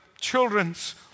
children's